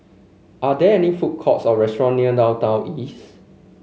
are there any food courts or restaurant near Downtown East